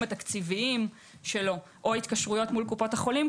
התקציביים שלו או ההתקשרויות מול קופות החולים,